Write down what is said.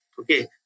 okay